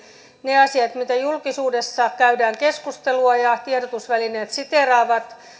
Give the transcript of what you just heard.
ne asiat mistä julkisuudessa käydään keskusteltua ja mitä tiedotusvälineet siteeraavat